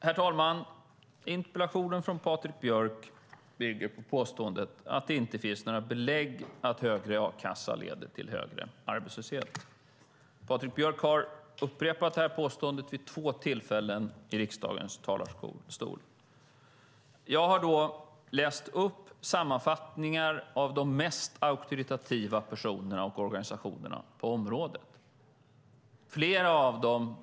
Herr talman! Interpellationen av Patrik Björck bygger på påståendet att det inte finns några belägg för att högre a-kassa leder till högre arbetslöshet. Patrik Björck har upprepat det påståendet vid två tillfällen i riksdagens talarstol. Jag har då läst upp sammanfattningar av de mest auktoritativa personerna och organisationerna på området.